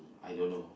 I don't know